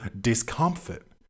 discomfort